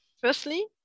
Firstly